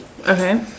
Okay